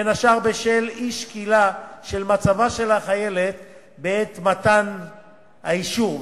בין השאר בשל אי-שקילה של מצבה של החיילת בעת מתן האישור.